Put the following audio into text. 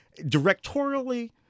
directorially